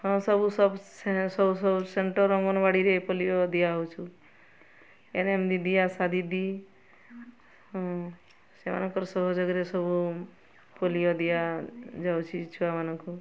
ହଁ ସବୁ ସବୁ ସବୁ ସବୁ ସେଣ୍ଟର୍ ଅଙ୍ଗନବାଡ଼ିରେ ପୋଲିଓ ଦିଆହଉଛୁ ଏନ ଏମ୍ ଦିଦି ଆଶା ଦିଦି ହଁ ସେମାନଙ୍କର ସହଯୋଗରେ ସବୁ ପୋଲିଓ ଦିଆଯାଉଛି ଛୁଆମାନଙ୍କୁ